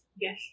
Yes